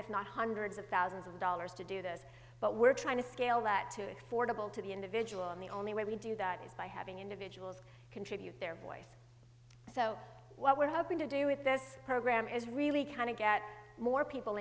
if not hundreds of thousands of dollars to do this but we're trying to scale that to fordable to the individual and the only way we do that is by having individuals contribute their voice so what we're hoping to do with this program is really kind of get more people